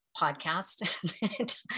podcast